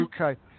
Okay